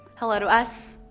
hello to us,